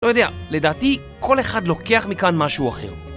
לא יודע, לדעתי כל אחד לוקח מכאן משהו אחר.